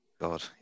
God